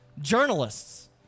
journalists